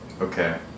Okay